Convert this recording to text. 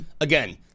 Again